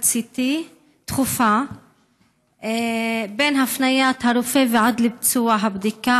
CT דחופה מהפניית הרופא ועד לביצוע הבדיקה,